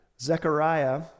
Zechariah